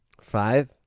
Five